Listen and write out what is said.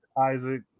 isaac